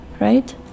Right